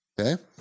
Okay